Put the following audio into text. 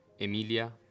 Emilia